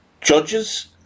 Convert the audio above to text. judges